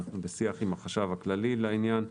אנחנו בשיח עם החשב הכלכלי לעניין.